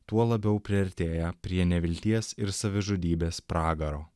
tuo labiau priartėja prie nevilties ir savižudybės pragaro